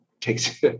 takes